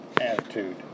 attitude